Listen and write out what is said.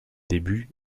débuts